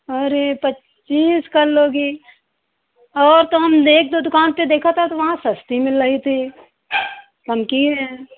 अरे पच्चीस कर लोगी और तो हम तो एक दो दुकान पर देखा था तो वहाँ सस्ती मिल रही थी कम किए हैं